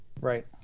Right